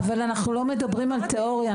אבל אנחנו לא מדברים על תיאוריה.